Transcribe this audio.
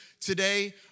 today